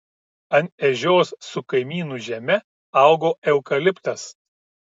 ant ežios su kaimynų žeme augo eukaliptas